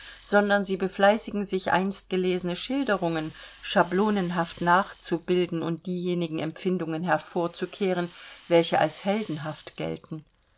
sondern sie befleißigen sich einst gelesene schilderungen schablonenhaft nachzubilden und diejenigen empfindungen hervorzukehren welche als heldenhaft gelten